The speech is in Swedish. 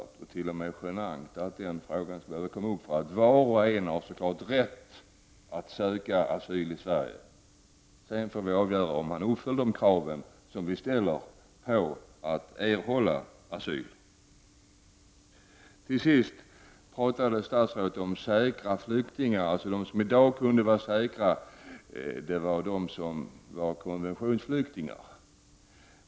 Det är t.o.m. genant att den frågan skall behöva komma upp. Var och en har naturligtvis rätt att söka asyl i Sverige. Sedan får man avgöra om vederbörande uppfyller de krav som ställs på att erhålla asyl. Statsrådet talade om att de som i dag kan vara säkra på att få stanna är de som är konventionsflyktingar.